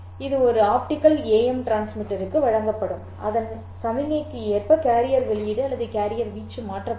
இது ஒரு optical AM transmitter வழங்கப்படும் அதன் சமிக்ஞைக்கு ஏற்ப கேரியர் வெளியீடு அல்லது கேரியர் வீச்சு மாற்றப்படும்